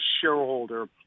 shareholder